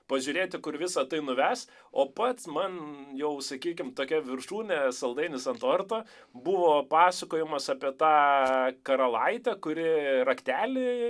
pažiūrėti kur visa tai nuves o pats man jau sakykime tokia viršūnė saldainis ant torto buvo pasakojimas apie tą karalaitę kuri raktelį